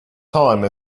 time